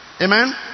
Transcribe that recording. Amen